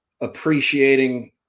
appreciating